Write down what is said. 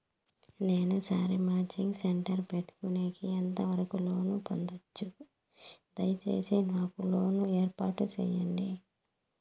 నేను sari matching centre పెట్టుకునేకి ఎంత వరకు లోను పొందొచ్చు? దయసేసి నాకు లోను ఏర్పాటు సేయండి?